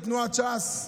תנועת ש"ס,